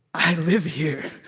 i live here.